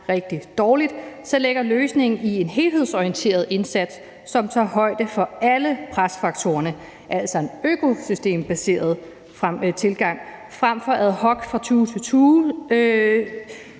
rigtig dårligt, ligger løsningen i en helhedsorienteret indsats, som tager højde for alle presfaktorerne, altså en økosystembaseret tilgang frem for ad hoc at hoppe fra tue til tue.